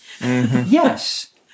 Yes